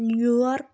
New York